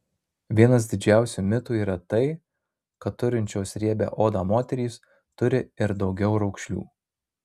vienas didžiausių mitų yra tai kad turinčios riebią odą moterys turi ir daugiau raukšlių